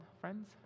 friends